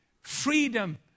freedom